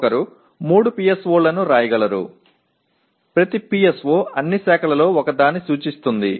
ఒకరు 3 PSO లను వ్రాయగలరు ప్రతి PSO అన్ని శాఖలలో ఒకదాన్ని సూచిస్తుంది